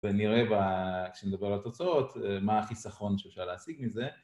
ונראה כשנדבר על התוצאות, מה החיסכון שאפשר להשיג מזה